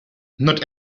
not